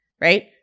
right